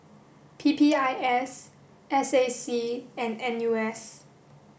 P P I S S A C and N U S